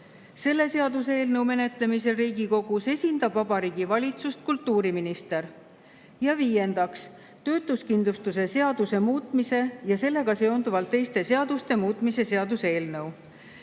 Selle seaduseelnõu menetlemisel Riigikogus esindab Vabariigi Valitsust kultuuriminister. Ja viiendaks, töötuskindlustuse seaduse muutmise ja sellega seonduvalt teiste seaduste muutmise seaduse eelnõu.